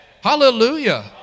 Hallelujah